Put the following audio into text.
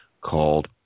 called